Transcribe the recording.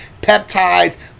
peptides